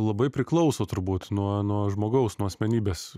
labai priklauso turbūt nuo nuo žmogaus nuo asmenybės